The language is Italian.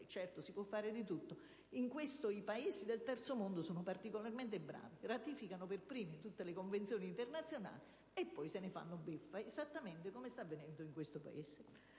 e non si rispetta l'Europa. In questo i Paesi del Terzo mondo sono particolarmente bravi: ratificano per primi tutte le convenzioni internazionali e poi se ne fanno beffa, esattamente come sta avvenendo in Italia